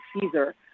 Caesar